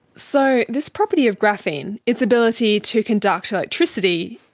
so this property of graphene, its ability to conduct electricity,